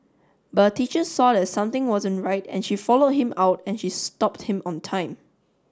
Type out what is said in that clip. but a teacher saw that something wasn't right and she followed him out and she stopped him on time